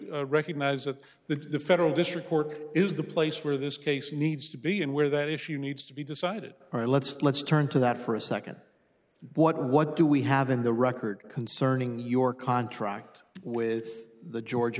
to recognize that the federal district court is the place where this case needs to be and where that issue needs to be decided or let's let's turn to that for a second what what do we have in the record concerning your contract with the georgia